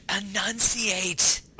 Enunciate